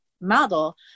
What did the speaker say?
model